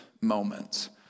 moments